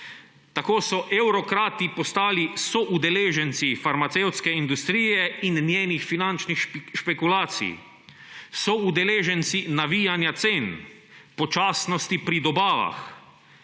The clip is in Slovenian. Tako so evrokrati postali soudeleženci farmacevtske industrije in njenih finančnih špekulacij, soudeleženci navijanja cen, počasnosti pri dobavah,